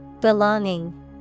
Belonging